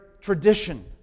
tradition